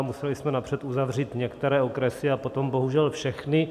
Museli jsme napřed uzavřít některé okresy a potom bohužel všechny.